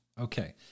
Okay